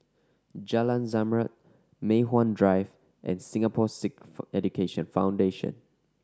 Jalan Zamrud Mei Hwan Drive and Singapore Sikh Education Foundation